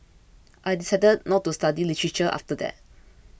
I decided not to study literature after that